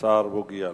השר בוגי יעלון.